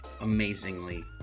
amazingly